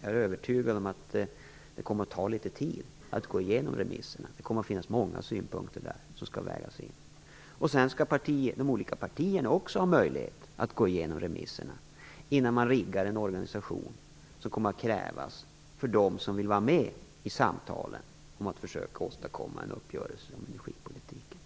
Jag är övertygad om att det kommer att ta tid att gå igenom remissvaren, eftersom det finns många synpunkter som skall vägas in. Sedan skall de politiska partierna också ha möjlighet att gå igenom remissvaren innan man kan skapa den organisation som kommer att krävas för dem som vill vara med i samtalen om att försöka få till stånd en uppgörelse om energipolitiken.